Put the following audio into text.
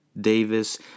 Davis